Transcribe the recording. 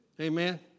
Amen